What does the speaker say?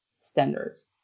standards